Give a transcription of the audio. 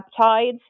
peptides